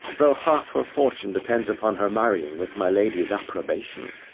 though half her fortune depends upon her marrying with my lady's approbation?